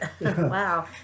Wow